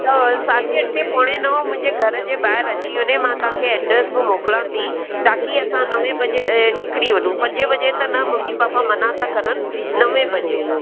त साढे अठें पोणे नौं मुंहिंजे घर जे ॿाहिरि अची वञे मां तव्हांखे एड्रस बि मोकिलां थी ताकी असां नवें बजे निकिरी वञूं पंजे बजे त न मम्मी पापा मञा था करण नवें बजे